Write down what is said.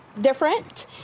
different